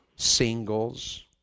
Singles